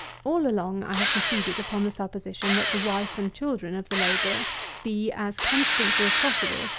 all along i have proceeded upon the supposition, that the wife and children of the labourer be, as constantly as possible,